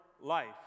life